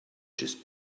just